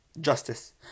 justice